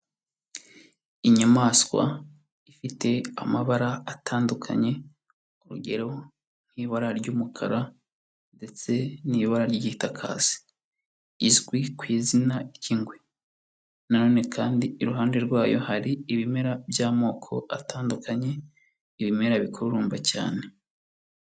Inyamaswa ifite amabara atandukanye, urugero nk'ibara ry'umukara ndetse n'ibara ry'itakazi. Izwi ku izina ry'ingwe na none kandi iruhande rwayo hari ibimera by'amoko atandukanye, ibimera bikurumba cyane.